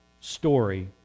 story